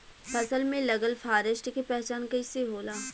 फसल में लगल फारेस्ट के पहचान कइसे होला?